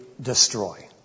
destroy